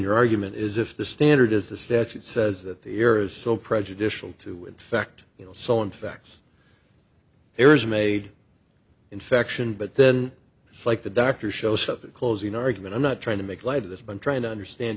your argument is if the standard as the statute says that the air is so prejudicial to in fact you know so in fact errors made infection but then it's like the doctor shows up at closing argument i'm not trying to make light of this been trying to understand